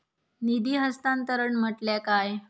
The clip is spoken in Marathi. निधी हस्तांतरण म्हटल्या काय?